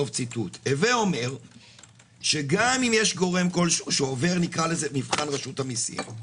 הווה אומר שגם אם יש גורם שעובר מבחן רשות המיסים,